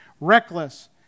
reckless